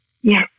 Yes